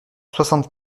soixante